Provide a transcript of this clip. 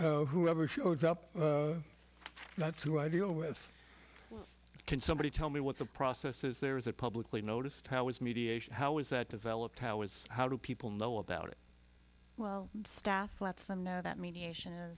so whoever showed up that's who i deal with can somebody tell me what the process is there is a publicly noticed how it's mediation how is that developed how was how do people know about it well staff lets them know that mediation